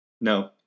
No